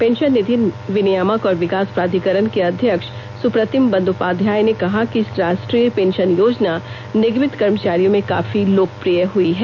pension निधि विनियामक और विकास प्राधिकरण के अध्यक्ष सुप्रतिम बंदोपाध्याय ने कहा है कि राष्ट्रीय पेंशन योजना निगमित कर्मचारियों में काफी लोकप्रिय हुई है